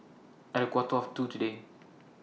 At A Quarter of two today